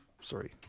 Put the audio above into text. sorry